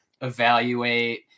evaluate